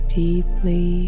deeply